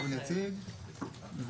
ארגון יציג,